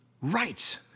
Right